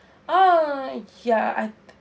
ah ya I